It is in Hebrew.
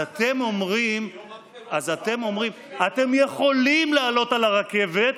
אז אתם אומרים: אתם יכולים לעלות על הרכבת,